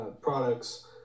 products